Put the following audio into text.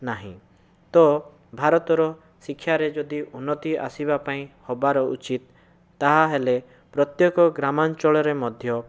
ନାହିଁ ତ ଭାରତର ଶିକ୍ଷାରେ ଯଦି ଉନ୍ନତି ଆସିବା ପାଇଁ ହେବାର ଉଚିତ ତାହା ହେଲେ ପ୍ରତ୍ୟେକ ଗ୍ରାମାଞ୍ଚଳରେ ମଧ୍ୟ